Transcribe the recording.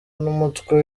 n’umutwe